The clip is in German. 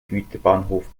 güterbahnhof